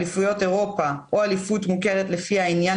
אליפויות אירופה או אליפות מוכרת לפי העניין